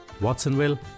Watsonville